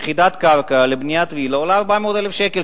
יחידת קרקע לבניית וילה עולה 400,000 שקל,